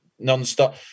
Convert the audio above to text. nonstop